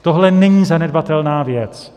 Tohle není zanedbatelná věc.